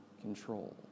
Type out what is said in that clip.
control